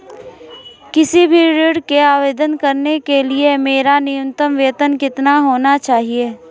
किसी भी ऋण के आवेदन करने के लिए मेरा न्यूनतम वेतन कितना होना चाहिए?